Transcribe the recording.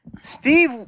Steve